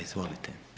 Izvolite.